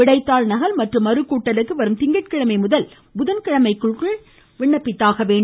விடைத்தாள் நகல் மற்றும் மறு கூட்டலுக்கு வரும் திங்கட்கிழமை முதல் புதன் கிழமைக்குள் விண்ணப்பிக்கலாம்